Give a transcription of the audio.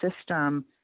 system